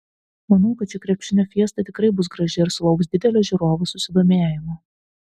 manau kad ši krepšinio fiesta tikrai bus graži ir sulauks didelio žiūrovų susidomėjimo